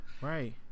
right